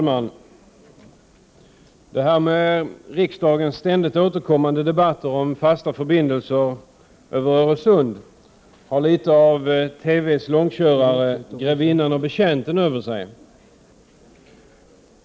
Herr talman! Riksdagens ständigt återkommande debatter om fasta förbindelser över Öresund har litet av TV:s långkörare Grevinnan och betjänten över sig.